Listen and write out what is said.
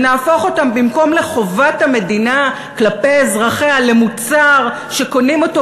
ונהפוך אותם מחובת המדינה כלפי אזרחיה למוצר שקונים אותו